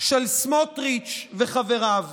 של סמוטריץ' וחבריו,